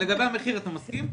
ולגבי המחיר אתה מסכים?